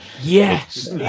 Yes